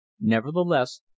Nevertheless